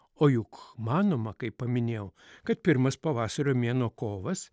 o juk manoma kaip paminėjau kad pirmas pavasario mėnuo kovas